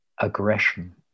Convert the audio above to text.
aggression